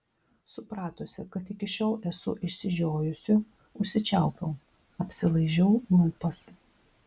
supratusi kad iki šiol esu išsižiojusi užsičiaupiau apsilaižiau lūpas